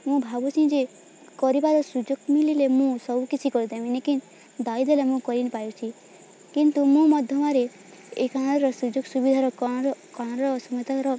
ମୁଁ ଭାବୁଛି ଯେ କରିବାର ସୁଯୋଗ ମିଳିଲେ ମୁଁ ସବୁ କିଛି କରିଦେବି ମୁଁ କରି ପାରୁଛିି କିନ୍ତୁ ମୁଁ ମଧ୍ୟମରେ ଏଇ କାଣର ସୁଯୋଗ ସୁବିଧାର